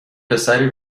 پسری